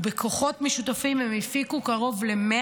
ובכוחות משותפים הן הפיקו קרוב ל-100